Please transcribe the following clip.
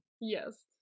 Yes